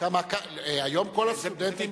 היום כל הסטודנטים,